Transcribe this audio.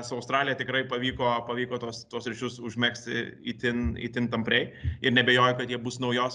su australija tikrai pavyko pavyko tuos tuos ryšius užmegzti itin itin tampriai ir neabejoju kad jie bus naujos